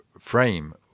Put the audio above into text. frame